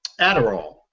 Adderall